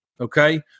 okay